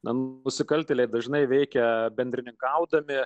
man nusikaltėliai dažnai veikia bendrininkaudami